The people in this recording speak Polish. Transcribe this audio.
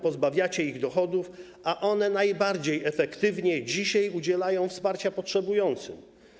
Pozbawiacie ich dochodów, a one najbardziej efektywnie udzielają dzisiaj wsparcia potrzebującym.